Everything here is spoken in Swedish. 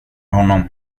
honom